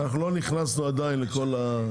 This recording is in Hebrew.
אנחנו לא נכנסנו עדיין לכל הבעיה.